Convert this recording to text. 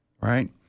right